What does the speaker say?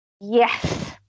Yes